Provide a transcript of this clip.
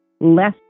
less